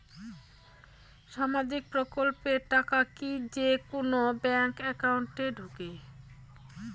সামাজিক প্রকল্পের টাকা কি যে কুনো ব্যাংক একাউন্টে ঢুকে?